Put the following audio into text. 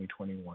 2021